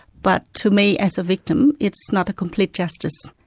but to me as a victim, it's not a complete justice.